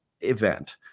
event